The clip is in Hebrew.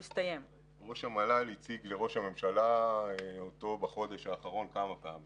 ראש המל"ל הציג אותו לראש הממשלה בחודש האחרון כמה פעמים